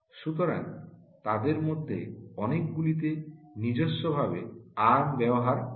সুতরাং তাদের মধ্যে অনেকগুলিতে নিজস্ব ভাবে আর্ম ব্যবহার করে